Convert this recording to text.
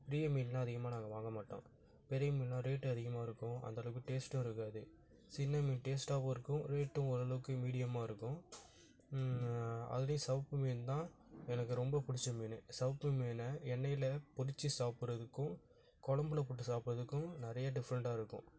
பெரிய மீனெல்லாம் அதிகமாக நாங்கள் வாங்க மாட்டோம் பெரிய மீனெல்லாம் ரேட்டு அதிகமாக இருக்கும் அந்தளவுக்கு டேஸ்ட்டும் இருக்காது சின்ன மீன் டேஸ்ட்டாகவும் இருக்கும் ரேட்டும் ஓரளவுக்கு மீடியமாக இருக்கும் அதுலேயும் சிவப்பு மீன் தான் எனக்கு ரொம்ப பிடிச்ச மீன் சிவப்பு மீனை எண்ணெயில் பொரித்து சாப்பிட்றதுக்கும் கொழம்புல போட்டு சாப்பிட்றதுக்கும் நிறைய டிஃப்ரெண்ட்டாக இருக்கும்